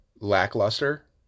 lackluster